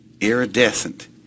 iridescent